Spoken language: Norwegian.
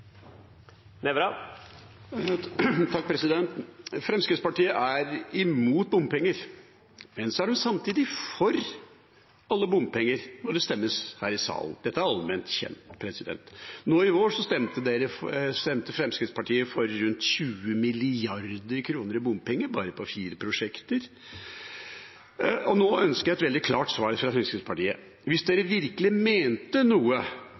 Fremskrittspartiet er mot bompenger, men de er samtidig for alle bompenger når det stemmes her i salen. Det er allment kjent. Nå i vår stemte Fremskrittspartiet for rundt 20 mrd. kr i bompenger bare på fire prosjekter, og jeg ønsker nå et veldig klart svar fra Fremskrittspartiet. Hvis de virkelig mener noe